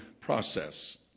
process